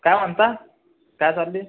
काय म्हणता काय चालले